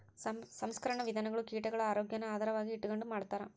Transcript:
ಸಂಸ್ಕರಣಾ ವಿಧಾನಗುಳು ಕೀಟಗುಳ ಆರೋಗ್ಯಾನ ಆಧಾರವಾಗಿ ಇಟಗಂಡು ಮಾಡ್ತಾರ